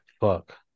fuck